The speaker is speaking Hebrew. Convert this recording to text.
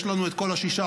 יש לנו את כל ה-16.